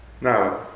now